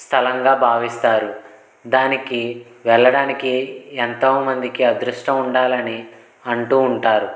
స్థలంగా భావిస్తారు దానికి వెళ్లడానికి ఎంతో మందికి అదృష్టం ఉండాలని అంటూ ఉంటారు